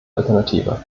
alternative